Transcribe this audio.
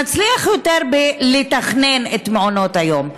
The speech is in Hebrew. נצליח יותר בתכנון מעונות היום,